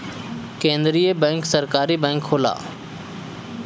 केंद्रीय बैंक सरकारी बैंक होला